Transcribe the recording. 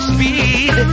Speed